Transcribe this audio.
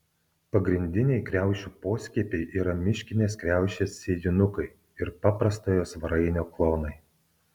pagrindiniai kriaušių poskiepiai yra miškinės kriaušės sėjinukai ir paprastojo svarainio klonai